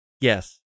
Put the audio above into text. Yes